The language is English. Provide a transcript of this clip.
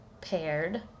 paired